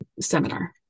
seminar